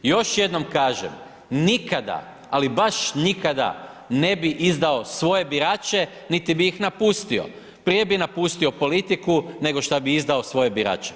Još jednom kažem, nikada, ali baš nikada ne bi izdao svoje birače, niti bi ih napustio, prije bi napustio politiku, nego šta bi izdao svoje birače.